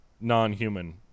non-human